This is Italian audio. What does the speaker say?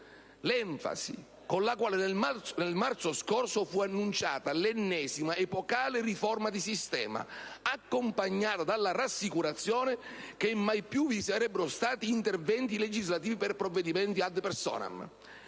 l'enfasi con la quale nel marzo scorso fu annunciata l'ennesima epocale riforma di sistema, accompagnata dalla rassicurazione che mai più vi sarebbero stati interventi legislativi per provvedimenti *ad personam*.